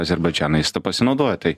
azerbaidžanui jis tuo pasinaudojo tai